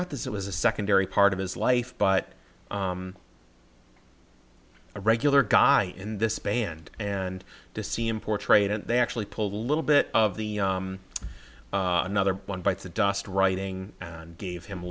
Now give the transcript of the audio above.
not that it was a secondary part of his life but a regular guy in this band and to see him portrayed it they actually pulled a little bit of the another one bites the dust writing and gave him a